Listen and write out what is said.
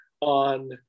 on